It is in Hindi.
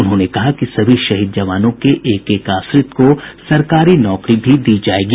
उन्होंने कहा कि सभी शहीद जवानों के एक एक आश्रित को सरकारी नौकरी भी दी जायेगी